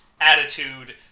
attitude